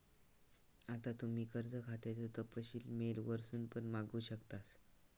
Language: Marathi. आता तुम्ही कर्ज खात्याचो तपशील मेल वरसून पण मागवू शकतास